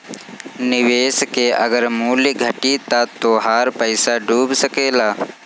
निवेश के अगर मूल्य घटी त तोहार पईसा डूब सकेला